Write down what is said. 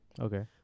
Okay